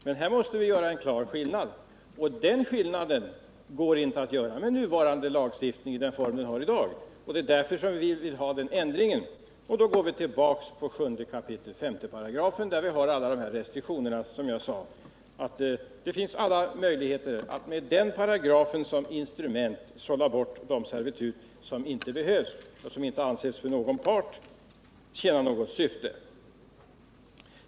Men här måste vi göra en klar skillnad, och den skillnaden går inte att göra med den form lagstiftningen har i dag. Det är därför vi vill ha ändringen. Och då går vi tillbaka på 7 kap. 5 §, där vi har alla dessa restriktioner. Som jag sade finns det alla möjligheter att med den paragrafen som instrument sålla bort de servitut som inte behövs och som inte anses för någon part tjäna något syfte.